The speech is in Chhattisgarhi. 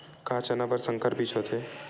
का चना बर संकर बीज होथे?